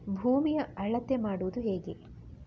ಭೂಮಿಯ ಅಳತೆ ಮಾಡುವುದು ಹೇಗೆ?